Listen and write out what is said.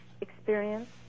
experience